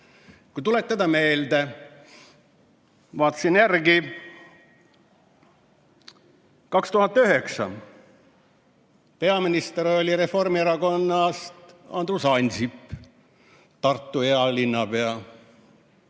Kui tuletada meelde, vaatasin järele, et 2009, kui peaminister oli Reformierakonnast Andrus Ansip, Tartu hea linnapea,